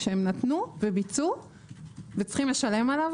שהם נתנו וביצעו וצריכים לשלם עליו,